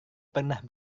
pernah